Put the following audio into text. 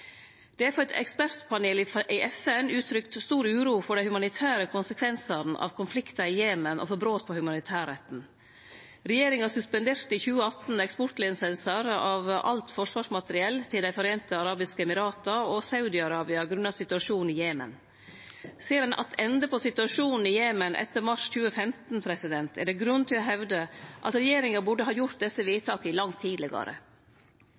Det er frå eit ekspertpanel i FN uttrykt stor uro over dei humanitære konsekvensane av konflikten i Jemen og over brot på humanitærretten. Regjeringa suspenderte i 2018 eksportlisensar for alt forsvarsmateriell til Dei sameinte arabiske emirata og Saudi-Arabia grunna situasjonen i Jemen. Ser ein attende på situasjonen i Jemen etter mars 2015, er det grunn til å hevde at regjeringa burde ha gjort desse vedtaka langt tidlegare.